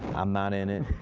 i'm not in it.